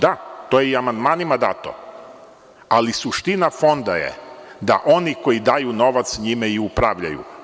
Da, to je i amandmanima dati, ali suština Fonda je da oni koji daju novac njime i upravljaju.